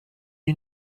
you